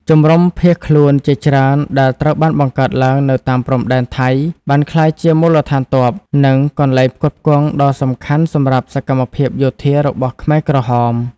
ជំរុំជនភៀសខ្លួនជាច្រើនដែលត្រូវបានបង្កើតឡើងនៅតាមព្រំដែនថៃ បានក្លាយជាមូលដ្ឋានទ័ព និងកន្លែងផ្គត់ផ្គង់ដ៏សំខាន់សម្រាប់សកម្មភាពយោធារបស់ខ្មែរក្រហម។